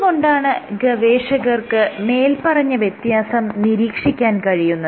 എന്തുകൊണ്ടാണ് ഗവേഷകർക്ക് മേല്പറഞ്ഞ വ്യത്യാസം നിരീക്ഷിക്കാൻ കഴിയുന്നത്